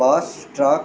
bus truck